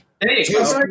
Hey